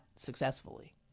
successfully